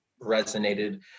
resonated